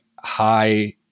high